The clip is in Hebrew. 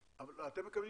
אבל אתם מקבלים